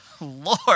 lord